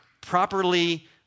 properly